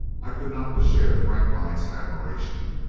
i could not but share grantline's admiration.